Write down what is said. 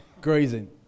grazing